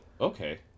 okay